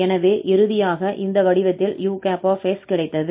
எனவே இறுதியாக இந்த வடிவத்தில் us கிடைத்தது